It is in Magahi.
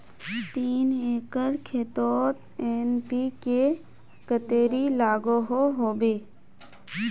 तीन एकर खेतोत एन.पी.के कतेरी लागोहो होबे?